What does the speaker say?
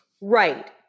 Right